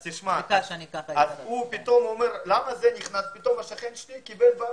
הוא אומר: השכן שלי קיבל לפניי,